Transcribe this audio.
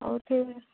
ହଉ ଠିକ୍